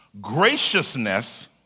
graciousness